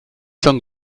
schon